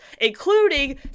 including